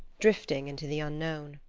drifting into the unknown.